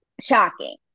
shocking